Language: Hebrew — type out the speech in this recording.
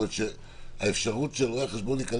זאת אומרת שהאפשרות של רואה החשבון להיכנס